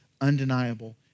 undeniable